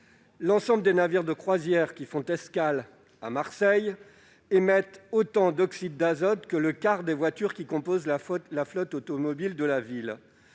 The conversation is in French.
l'ensemble des navires de croisière qui font escale à Marseille émettent autant d'oxyde d'azote que le quart des voitures qui composent la flotte automobile de la ville.